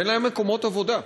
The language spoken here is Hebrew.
ואין להם מקומות עבודה.